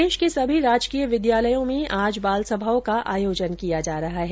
प्रदेश के सभी राजकीय विद्यालयों में आज बालसभाओं का आयोजन किया जा रहा है